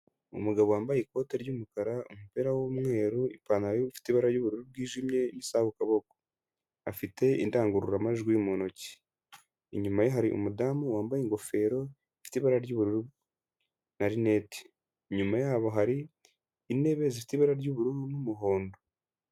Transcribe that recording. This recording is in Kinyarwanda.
Umugabo wambaye ikote ry'umukara, umupira w'umweru, ipantaro ifite ibara ry'ubururu bwijimye isa ku kuboko. Afite indangururamajwi mu ntoki, inyuma ye hari umudamu wambaye ingofero ifite ibara ry'ubururu na rinete, inyuma yabo hari intebe zifite ibara ry'ubururu n'umuhondo.